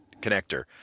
connector